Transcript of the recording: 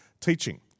teaching